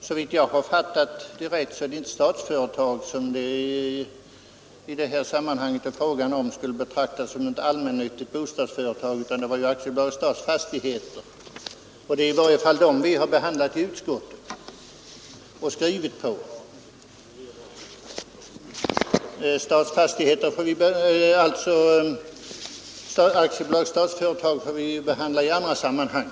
Såvitt jag vet skall inte Statsföretag AB betraktas som ett allmänt bostadsföretag, utan det är AB Stadsfastigheter som har varit föremål för behandling i utskottet i den här frågan. Statsföretag AB får vi behandla i annat sammanhang.